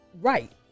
right